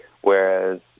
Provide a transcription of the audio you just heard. Whereas